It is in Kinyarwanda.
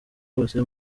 hose